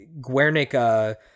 Guernica